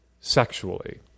sexually